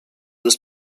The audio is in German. ist